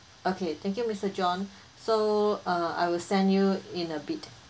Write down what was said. okay thank you mr john so uh I will send you in a bit